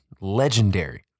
legendary